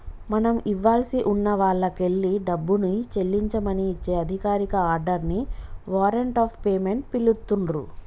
మనం ఇవ్వాల్సి ఉన్న వాల్లకెల్లి డబ్బుని చెల్లించమని ఇచ్చే అధికారిక ఆర్డర్ ని వారెంట్ ఆఫ్ పేమెంట్ పిలుత్తున్రు